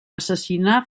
assassinar